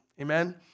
Amen